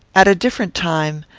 at a different time,